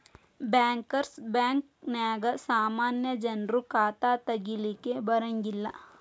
bankers ಬ್ಯಾಂಕ ನ್ಯಾಗ ಸಾಮಾನ್ಯ ಜನ್ರು ಖಾತಾ ತಗಿಲಿಕ್ಕೆ ಬರಂಗಿಲ್ಲಾ